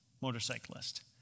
motorcyclist